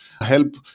help